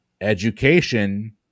Education